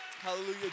Hallelujah